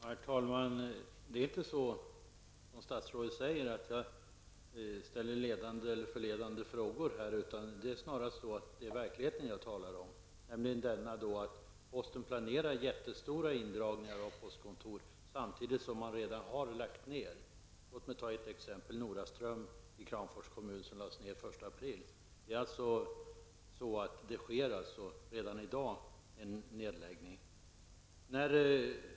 Herr talman! Det är inte så som statsrådet säger att jag uttrycker mig ''litet ledande och förledande'', utan det är snarare så att jag talar om verkligheten. Posten planerar jättestora indragningar av postkontor, samtidigt som man redan har lagt ned postkontor. Låt mig ta ett exempel. Noraström i Kramfors kommun lades ned den 1 april. Det sker alltså redan i dag nedläggningar.